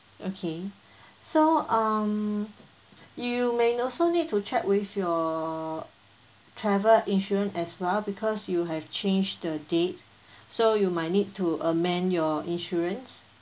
okay so um you may also need to check with your travel insurance as well because you have changed the date so you might need to amend your insurance